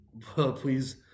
Please